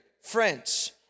French